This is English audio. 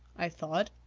i thought.